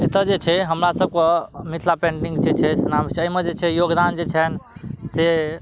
एतऽ जे छै हमरा सबके मिथिला पेन्टिंग जे छै से नाम छै अइमे जे छै योगदान जे छनि से